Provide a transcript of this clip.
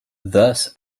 thus